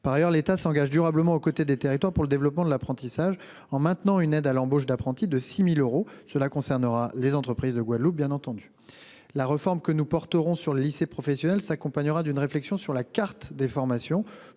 Par ailleurs, l'État s'engage durablement aux côtés des territoires pour le développement de l'apprentissage, en maintenant une aide à l'embauche d'apprentis de 6 000 euros, qui concernera bien entendu les entreprises de Guadeloupe. La réforme que nous porterons sur le lycée professionnel s'accompagnera d'une réflexion sur la carte des formations